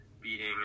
beating